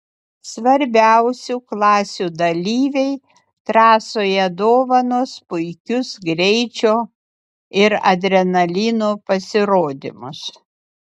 svarbiausių klasių dalyviai trasoje dovanos puikius greičio ir adrenalino pasirodymus